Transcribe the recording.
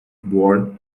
born